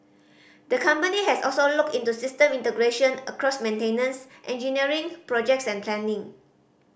the company has also looked into system integration across maintenance engineering projects and planning